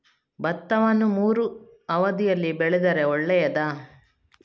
ಭತ್ತವನ್ನು ಮೂರೂ ಅವಧಿಯಲ್ಲಿ ಬೆಳೆದರೆ ಒಳ್ಳೆಯದಾ?